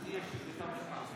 עשר דקות,